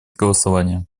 голосования